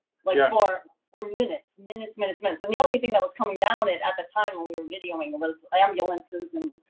like for for minutes. minutes minutes minutes. and the only thing that was coming down it at the time when we were videoing was ambulances and